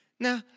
Now